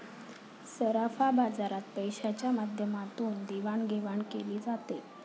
सराफा बाजारात पैशाच्या माध्यमातून देवाणघेवाण केली जाते